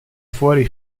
fuori